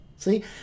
See